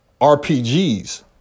RPGs